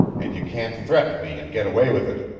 and you can't threaten me and get away with it!